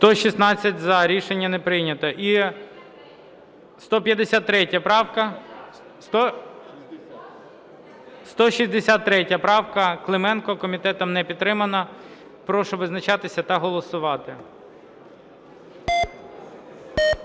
За-116 Рішення не прийнято. І 153 правка… 163 правка, Клименко. Комітетом не підтримана. Прошу визначатись та голосувати.